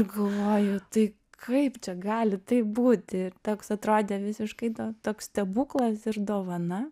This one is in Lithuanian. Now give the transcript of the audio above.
galvoju tai kaip čia gali taip būti ir toks atrodė visiškai toks stebuklas ir dovana